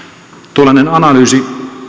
tuollainen analyysi